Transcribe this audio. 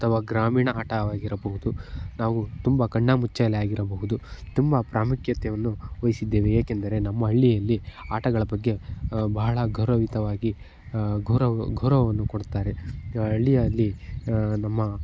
ಅಥವಾ ಗ್ರಾಮೀಣ ಆಟವಾಗಿರ್ಬಹುದು ನಾವು ತುಂಬ ಕಣ್ಣಾಮುಚ್ಚಾಲೆ ಆಗಿರ್ಬೋದು ತುಂಬ ಪ್ರಾಮುಖ್ಯತೆಯನ್ನು ವಹಿಸಿದ್ದೇವೆ ಏಕೆಂದರೆ ನಮ್ಮ ಹಳ್ಳಿಯಲ್ಲಿ ಆಟಗಳ ಬಗ್ಗೆ ಬಹಳ ಗೌರವಯುತವಾಗಿ ಗೌರವವನ್ನು ಕೊಡುತ್ತಾರೆ ಹಳ್ಳಿಯಲ್ಲಿ ನಮ್ಮ